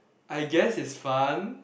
I guess it's fun